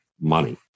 money